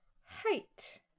Height